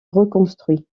reconstruit